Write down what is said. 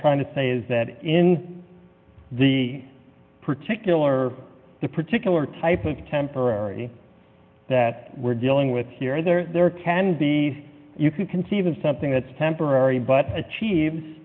trying to say is that in the particular the particular type of contemporary that we're dealing with here there are there can be you can conceive of something that's temporary but achieves